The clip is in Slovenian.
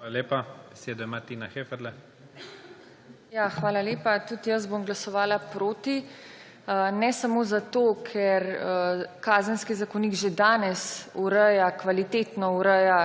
Heferle. TINA HEFERLE (PS LMŠ): Hvala lepa. Tudi jaz bom glasovala proti. Ne samo zato, ker Kazenski zakonik že danes ureja, kvalitetno ureja